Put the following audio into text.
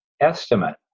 estimate